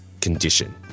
condition